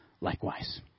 likewise